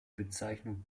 bezeichnung